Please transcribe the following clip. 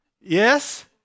Yes